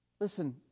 Listen